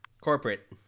Corporate